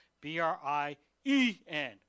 B-R-I-E-N